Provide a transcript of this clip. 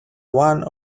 one